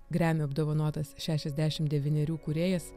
grammy apdovanotas šešiasdešim devynerių kūrėjas